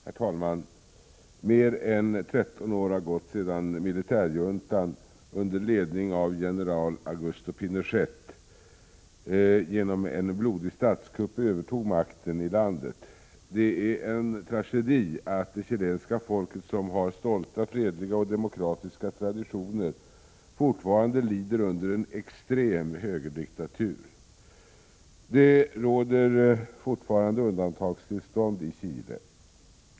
Herr talman! Mer än 13 år har gått sedan militärjuntan under ledning av general Augusto Pinochet genom en blodig statskupp övertog makten i landet. Det är en tragedi att det chilenska folket, som har stolta, fredliga och demokratiska traditioner, fortfarande lider under en extrem högerdiktatur. Det råder fortfarande undantagstillstånd i Chile.